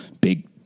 big –